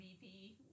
VP